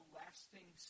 lasting